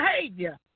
behavior